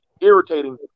irritating